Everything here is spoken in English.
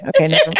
Okay